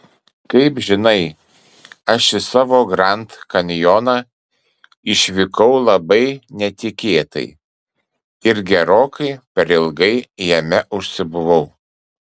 kaip žinai aš į savo grand kanjoną išvykau labai netikėtai ir gerokai per ilgai jame užsibuvau